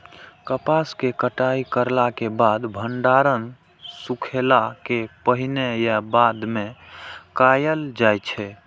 कपास के कटाई करला के बाद भंडारण सुखेला के पहले या बाद में कायल जाय छै?